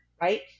right